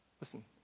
listen